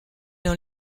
dans